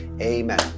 Amen